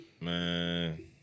Man